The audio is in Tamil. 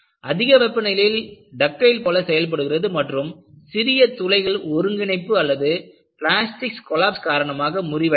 அதிக வெப்பநிலையில் டக்டைல் போல செயல்படுகிறது மற்றும் சிறிய துளைகள் ஒருங்கிணைப்பு அல்லது பிளாஸ்டிக் கொலாப்ஸ் காரணமாக முறிவடைகிறது